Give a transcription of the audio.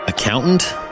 Accountant